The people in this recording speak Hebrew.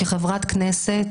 כחברת כנסת,